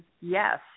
yes